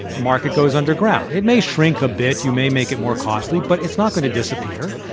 the market goes underground, it may shrink a bit, you may make it more costly, but it's not going to disappear.